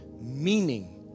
meaning